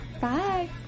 Bye